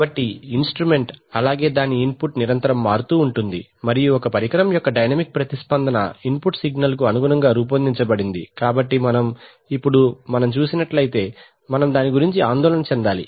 కాబట్టి ఇన్స్ట్రుమెంట్ అలాగే దాని ఇన్పుట్ నిరంతరం మారుతూ ఉంటుంది మరియు ఒక పరికరం యొక్క డైనమిక్ ప్రతిస్పందన ఇన్పుట్ సిగ్నల్ కు అనుగుణంగా రూపొందించబడింది కాబట్టి మనం ఇప్పుడు మనం చూసినట్లైతే మనం దాని గురించి మనం ఆందోళన చెందాలి